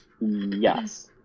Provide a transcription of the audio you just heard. yes